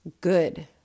good